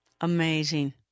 amazing